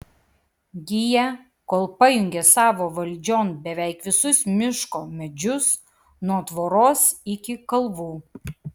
giją kol pajungė savo valdžion beveik visus miško medžius nuo tvoros iki kalvų